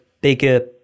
bigger